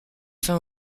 fin